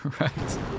Right